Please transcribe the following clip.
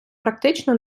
практично